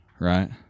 Right